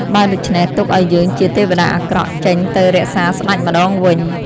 បើដូច្នេះទុកអោយយើងជាទេវតាអាក្រក់ចេញទៅរក្សាស្តេចម្តងវិញ។